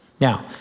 Now